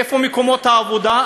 איפה מקומות העבודה?